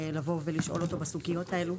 לבוא ולשאול אותו בסוגיות האלה.